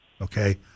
okay